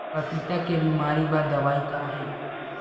पपीता के बीमारी बर दवाई का हे?